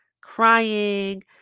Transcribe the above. crying